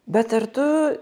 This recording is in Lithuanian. bet ar tu